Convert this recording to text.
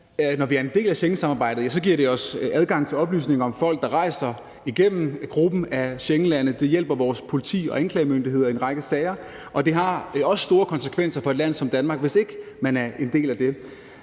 når vi er en del af Schengensamarbejdet, giver det os adgang til oplysninger om folk, der rejser igennem gruppen af Schengenlande. Det hjælper vores politi og anklagemyndighed i en række sager, og det har også store konsekvenser for et land som Danmark, hvis man ikke er en del af det.